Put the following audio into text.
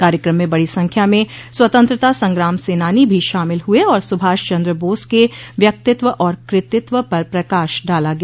कार्यक्रम में बड़ी संख्या में स्वतंत्रता संग्राम सेनानी भी शामिल हुए और सुभाष चन्द्र बोस के व्यक्तित्व और कृतित्व पर प्रकाश डाला गया